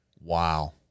Wow